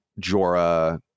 Jorah